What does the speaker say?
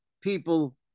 people